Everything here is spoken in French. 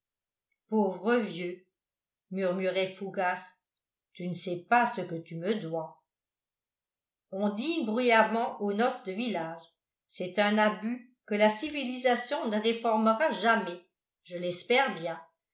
pauvre vieux murmurait fougas tu ne sais pas ce que tu me dois on dîne bruyamment aux noces de village c'est un abus que la civilisation ne réformera jamais je l'espère bien